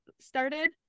started